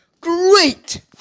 great